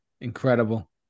Incredible